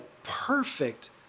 perfect